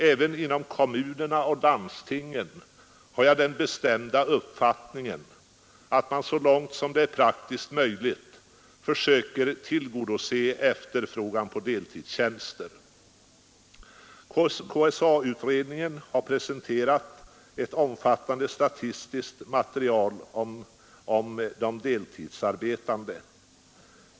Jag har den bestämda uppfattningen att man även inom kommunerna och landstingen så långt som är praktiskt möjligt försöker tillgodose efterfrågan på KSA-utredningen har presenterat ett omfattande statistiskt material om de deltidsarbetande.